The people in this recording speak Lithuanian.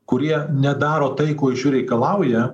kurie nedaro tai ko iš jų reikalauja